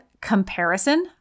comparison